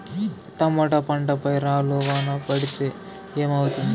Tomato పంట పై రాళ్లు వాన పడితే ఏమవుతుంది?